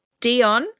Dion